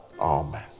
Amen